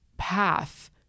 path